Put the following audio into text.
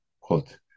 quote